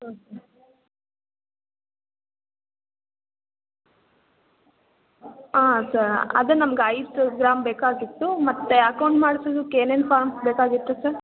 ಹ್ಞೂ ಸರ್ ಹಾಂ ಸ ಅದೇ ನಮ್ಗೆ ಐದು ಗ್ರಾಮ್ ಬೇಕಾಗಿತ್ತು ಮತ್ತು ಅಕೌಂಟ್ ಮಾಡ್ಸೋದಕ್ಕೆ ಏನೇನು ಫಾರ್ಮ್ಸ್ ಬೇಕಾಗಿತ್ತು ಸರ್